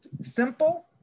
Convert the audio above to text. simple